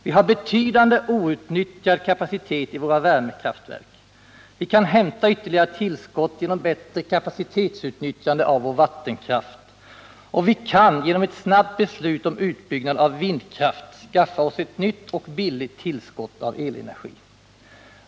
Vi har betydande outnyttjad kapacitet i våra värmekraftverk, vi kan hämta ytterligare tillskott genom bättre kapacitetsutnyttjande av vår vattenkraft och vi kan genom ett snabbt beslut om utbyggnad av vindkraft skaffa oss ett nytt och billigt tillskott av elenergi.